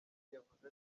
yavuze